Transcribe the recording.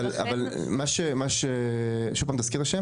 אבל מה, שוב פעם תזכיר את השם?